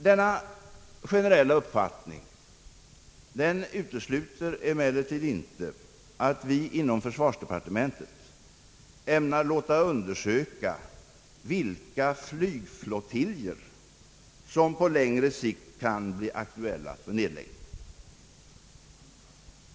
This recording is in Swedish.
Denna generella uppfattning utesluter emellertid inte att vi inom försvarsdepartementet ämnar låta undersöka vilka flygflottiljer som på längre sikt kan bli aktuella för nedläggning.